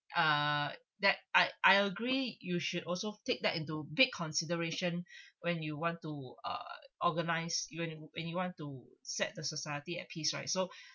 uh that I I agree you should also take that into big consideration when you want to ugh organise you want when you want to set the society at peace right so